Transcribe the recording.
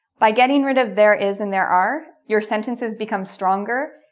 by getting rid of there is and there are your sentences become stronger,